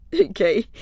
okay